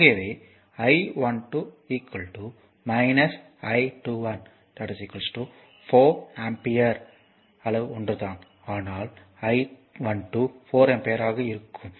ஆகவே I12 I21 4 ampere அளவு ஒன்றுதான் ஆனால் I12 4 ஆம்பியர் ஆக இருக்கும்